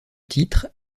titre